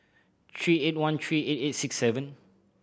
three eight one three eight eight six seven